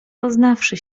poznawszy